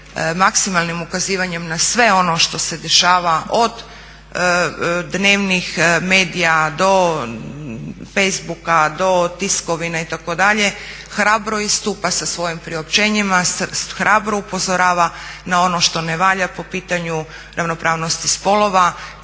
maksimalnim ukazivanjem na sve ono što se dešava od dnevnih medija do facebooka, do tiskovina itd. hrabro istupa sa svojim priopćenjima, hrabro upozorava na ono što ne valja po pitanju ravnopravnosti spolova.